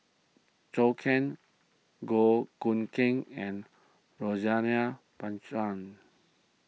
Zhou Can Goh Keng and Rosaline Pang Chan